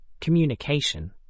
Communication